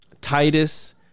Titus